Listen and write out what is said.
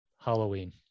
Halloween